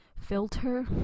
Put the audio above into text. filter